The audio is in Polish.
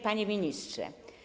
Panie Ministrze!